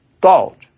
thought